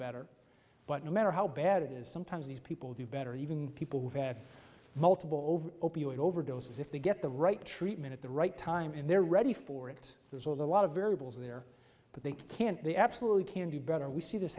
better but no matter how bad it is sometimes these people do better even people who've had multiple over opioid overdoses if they get the right treatment at the right time and they're ready for it there's a lot of variables there but they can't they absolutely can do better we see this